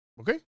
Okay